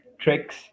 tricks